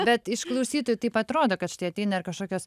bet išklausyti taip atrodo kad štai ateina ir kažkokios